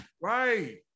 Right